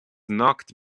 knocked